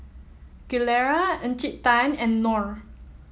Gilera Encik Tan and Knorr